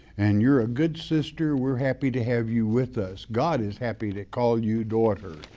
and you're a good sister, we're happy to have you with us. god is happy to call you daughter.